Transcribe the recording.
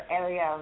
area